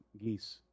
geese